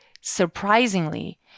Surprisingly